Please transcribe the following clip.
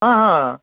हां हां